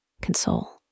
console